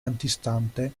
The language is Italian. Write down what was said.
antistante